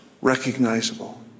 recognizable